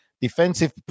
defensive